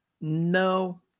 No